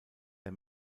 der